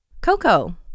Coco